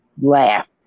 laugh